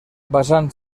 basant